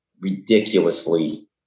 ridiculously